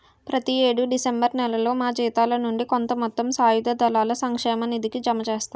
ప్రతి యేడు డిసెంబర్ నేలలో మా జీతాల నుండి కొంత మొత్తం సాయుధ దళాల సంక్షేమ నిధికి జమ చేస్తాము